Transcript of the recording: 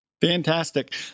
Fantastic